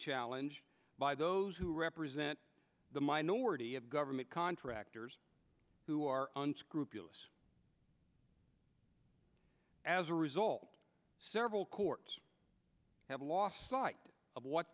challenge by those who represent the minority of government contractors who are unscrupulous as a result several courts have lost sight of what